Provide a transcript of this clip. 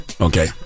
Okay